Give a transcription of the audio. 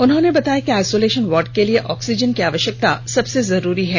उन्होंने बताया कि आइसोलेशन वार्ड के लिए ऑक्सीजन की आवश्यकता सबसे जरूरी है